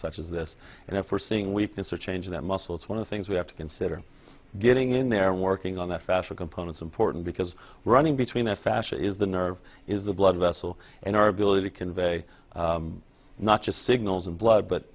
such as this and if we're seeing weakness or change in that muscle it's one of the things we have to consider getting in there and working on that faster components important because running between that fashion is the nerve is the blood vessel and our ability to convey not just signals of blood but